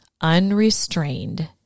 unrestrained